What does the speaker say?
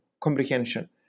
comprehension